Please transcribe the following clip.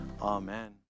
amen